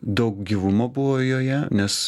daug gyvumo buvo joje nes